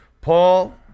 Paul